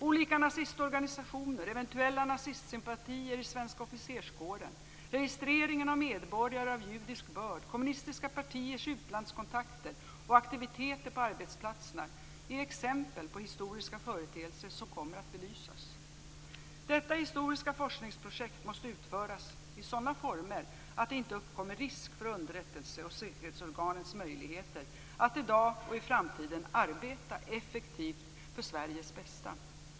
Olika nazistorganisationer, eventuella nazistsympatier i den svenska officerskåren, registrering av medborgare av judisk börd, kommunistiska partiers utlandskontakter och aktiviteter på arbetsplatser är exempel på historiska företeelser som kommer att belysas. Detta historiska forskningsprojekt måste utföras i sådana former att det inte uppkommer risk för underrättelse och säkerhetsorganets möjligheter att i dag och i framtiden arbeta effektivt för Sveriges bästa.